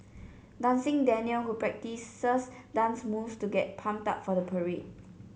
dancing Daniel who practices dance moves to get pumped up for the parade